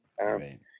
right